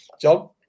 John